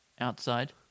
Outside